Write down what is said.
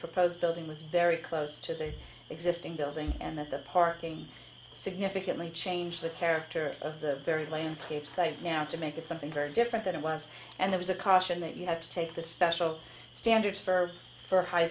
proposed building was very close to the existing building and that the parking significantly changed the character of the very lane scape site now to make it something very different than it was and there was a caution that you have to take the special standards for for high